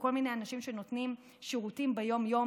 כל מיני אנשים שנותנים שירותים ביום-יום,